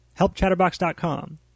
Helpchatterbox.com